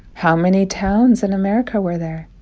how many towns in america were there?